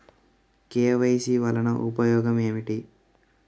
KYC వలన ఉపయోగం ఏమిటీ?